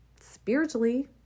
spiritually